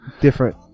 different